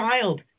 child